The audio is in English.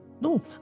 no